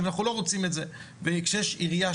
ואנחנו לא רוצים את זה וכשיש עירייה,